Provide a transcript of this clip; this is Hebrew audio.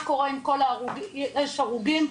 יש הרוגים,